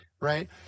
Right